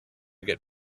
get